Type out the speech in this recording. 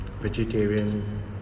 Vegetarian